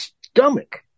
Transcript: stomach